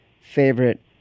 favorite